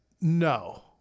No